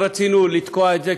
לא רצינו לתקוע את זה,